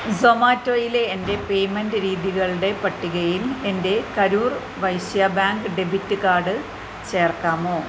സൊമാറ്റോയിലെ എൻ്റെ പേയ്മെന്റ് രീതികളുടെ പട്ടികയിൽ എൻ്റെ Karur Vysya bank debit card ചേർക്കാമോ